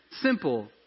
Simple